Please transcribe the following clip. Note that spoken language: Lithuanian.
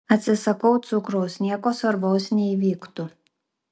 atsisakau cukraus nieko svarbaus neįvyktų